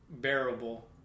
bearable